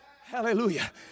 Hallelujah